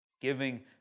giving